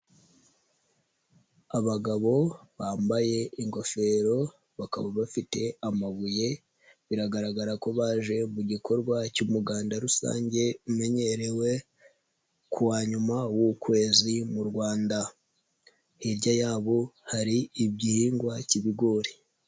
Abagabo bambaye ingofero bakaba bafite amabuye biragaragara ko baje mu gikorwa cy'umuganda rusange umenyerewe ku wa nyuma w'ukwezi mu Rwanda, hirya yabo hari igihingwa cy'ibigori.